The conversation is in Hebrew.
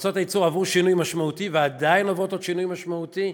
מועצות הייצור עברו שינוי משמעותי ועדיין עוברות עוד שינוי משמעותי,